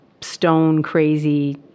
stone-crazy